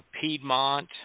Piedmont